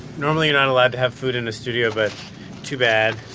normally, you're not allowed to have food in a studio, but too bad